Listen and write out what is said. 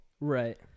Right